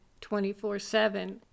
24-7